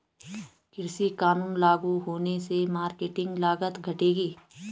कृषि कानून लागू होने से मार्केटिंग लागत घटेगी